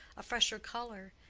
a fresher color,